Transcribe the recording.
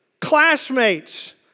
classmates